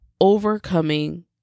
overcoming